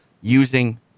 using